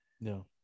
No